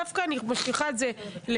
דווקא אני משליכה את זה לחוקה,